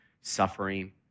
suffering